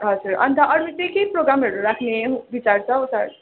हजुर अन्त अरू चाहिँ के प्रोग्रामहरू राख्ने विचार छ हौ सर